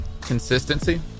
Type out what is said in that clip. consistency